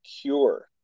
cure